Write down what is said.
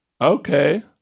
Okay